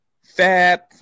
Fab